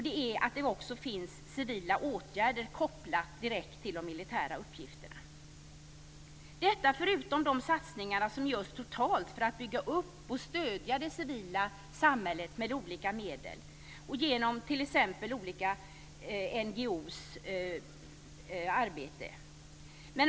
Det är också viktigt att det finns civila åtgärder kopplade direkt till de militära uppgifterna - detta förutom de satsningar som görs totalt för att bygga upp och stödja det civila samhället med olika medel och genom t.ex. olika sorters NGO-arbete.